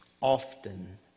often